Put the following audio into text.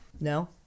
No